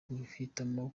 guhitamo